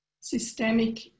systemic